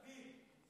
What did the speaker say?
לפיד.